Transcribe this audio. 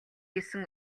гэсэн